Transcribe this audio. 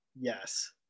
yes